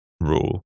rule